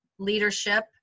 leadership